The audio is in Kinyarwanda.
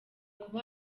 kuba